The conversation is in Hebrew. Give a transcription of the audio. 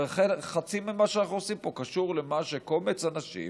הרי חצי ממה שאנחנו עושים פה קשור למה שקומץ אנשים